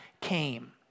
came